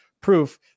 proof